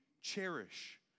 cherish